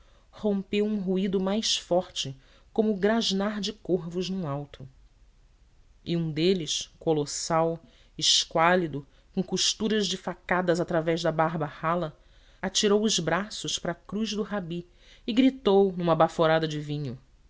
rompeu um ruído mais forte com o grasnar de corvos num alto e um deles colossal esquálido com costuras de facadas através da barba rala atirou os braços para a cruz do rabi e gritou numa baforada de vinho